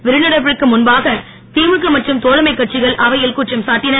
வெளிநடப்பிற்கு முன்பாக திமுக மற்றும் தோழமைக் கட்சிகள் அவையில் குற்றம் சாட்டின